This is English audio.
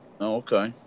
okay